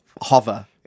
hover